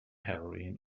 heroine